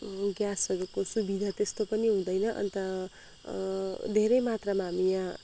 ग्यासहरूको सुविधा त्यस्तो पनि हुँदैन अन्त धेरै मात्रामा हामी यहाँ